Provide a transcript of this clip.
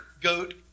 goat